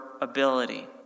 ability